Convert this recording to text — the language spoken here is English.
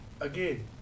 Again